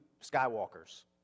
Skywalkers